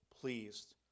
pleased